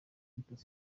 victory